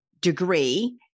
degree